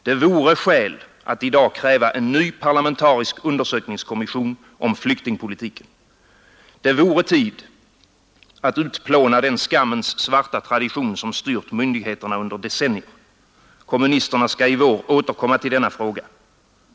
Det vore skäl att i dag kräva en ny parlamentarisk undersökningskommission om flyktingpolitiken. Det vore tid att utplåna den skammens svarta tradition som styrt myndigheterna under decennier. Kommunisterna skall i vår återkomma till denna fråga.